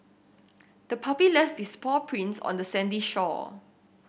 the puppy left its paw prints on the sandy shore